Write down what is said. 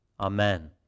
Amen